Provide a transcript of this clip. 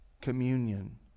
communion